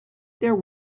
there